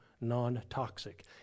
non-toxic